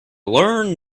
learn